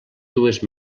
dues